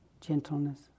gentleness